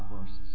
verses